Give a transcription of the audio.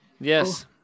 Yes